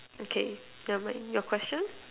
okay never mind your question